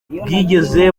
bwigeze